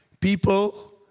People